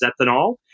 ethanol